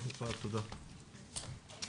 הישיבה ננעלה בשעה 12:20.